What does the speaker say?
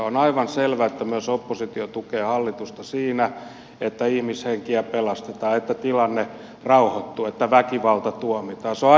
on aivan selvä että myös oppositio tukee hallitusta siinä että ihmishenkiä pelastetaan että tilanne rauhoittuu että väkivalta tuomitaan